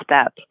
step